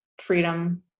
freedom